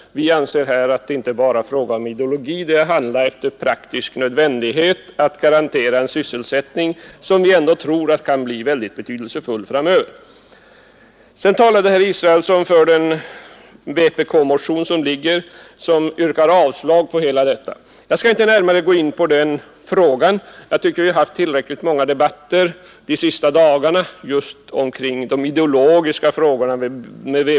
Vi anser att det inte bara är fråga om ideologi. Det gäller att handla med hänsyn till praktisk nödvändighet, att garantera en sysselsättning som vi ändå tror kan bli mycket betydelsefull framdeles. Herr Israelsson talade för den vpk-motion där det yrkas avslag på allt detta. Jag skall inte gå närmare in på den saken. Jag tycker vi har haft tillräckligt många debatter med vpk under de senaste dagarna just om de ideologiska frågorna.